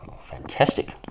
Fantastic